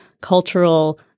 cultural